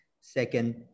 second